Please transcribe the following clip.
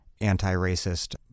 anti-racist